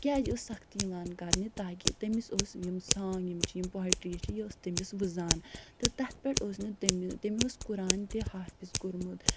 کیٛازِ ٲسۍ سختی یِوان کرنہِ تاکہِ تٔمِس اوس یِم سانٛگ یِم چھِ یِم پویٹرٛی یَس چھِ یہِ ٲس تٔمَِس وٕزان تہٕ تَتھ پٮ۪ٹھ اوس نہٕ تَمہِ تٔمۍ اوس قُرآن تہِ حافظ کوٚرمُت